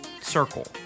circle